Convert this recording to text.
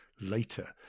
later